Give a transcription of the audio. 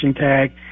tag